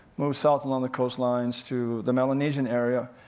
moves south along the coastlines to the melanesian area.